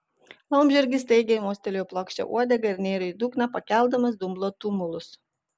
laumžirgis staigiai mostelėjo plokščia uodega ir nėrė į dugną pakeldamas dumblo tumulus